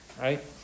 right